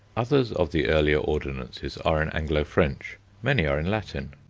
others of the earlier ordinances are in anglo-french many are in latin.